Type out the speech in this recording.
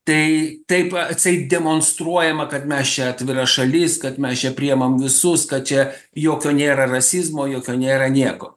tai taip atseit demonstruojama kad mes čia atvira šalis kad mes čia priimam visus kad čia jokio nėra rasizmo jokio nėra nieko